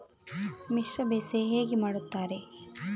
ಮಿಶ್ರ ಬೇಸಾಯ ಹೇಗೆ ಮಾಡುತ್ತಾರೆ?